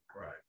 Right